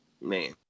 Man